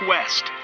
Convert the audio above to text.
West